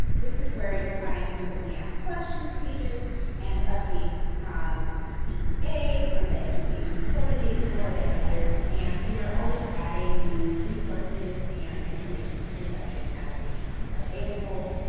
this is where you'll find frequently asked questions pages and updates from tea, from the education coordinating board and others, and we are always adding new resources and information to this section as they become available.